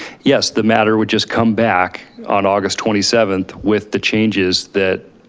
yes, the matter would just come back on august twenty seventh with the changes that